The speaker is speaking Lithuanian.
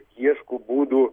ieško būdų